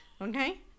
Okay